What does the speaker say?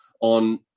on